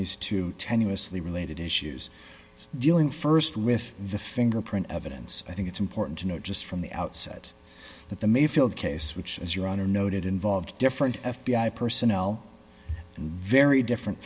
these two tenuously related issues dealing st with the fingerprint evidence i think it's important to note just from the outset that the mayfield case which as your honor noted involved different f b i personnel and very different